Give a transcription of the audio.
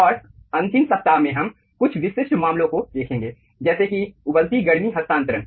और अंतिम सप्ताह में हम कुछ विशिष्ट मामलों को देखेंगे जैसे कि उबलती गर्मी हस्तांतरण